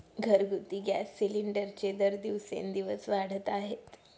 घरगुती गॅस सिलिंडरचे दर दिवसेंदिवस वाढत आहेत